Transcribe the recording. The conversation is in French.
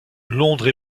londres